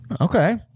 Okay